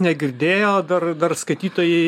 negirdėjo dar dar skaitytojai